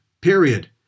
period